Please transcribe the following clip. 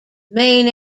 main